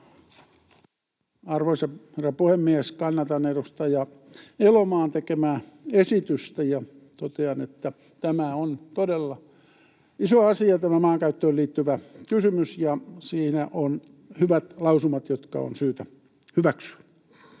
Arvoisa herra puhemies! Kannatan edustaja Elomaan tekemää esitystä ja totean, että on todella iso asia tämä maankäyttöön liittyvä kysymys ja siinä on hyvät lausumat, jotka on syytä hyväksyä.